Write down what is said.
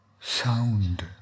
sound